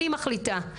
אני מחליטה.